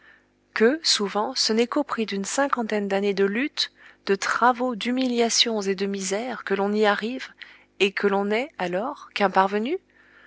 que souvent ce n'est qu'au prix d'une cinquantaine d'années de luttes de travaux d'humiliations et de misère que l'on y arrive et que l'on n'est alors qu'un parvenu